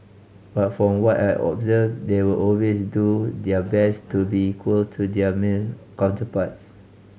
but from what I observed they will always do their best to be equal to their male counterparts